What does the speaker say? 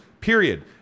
period